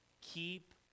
Keep